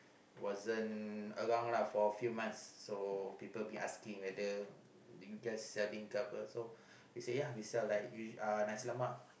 wasn't around lah for a few months so people been asking whether you guys selling ke apa so we say ya we selling like uh nasi-lemak